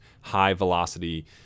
high-velocity